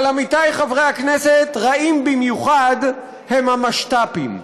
אבל, עמיתי חברי הכנסת, רעים במיוחד הם המשת"פים,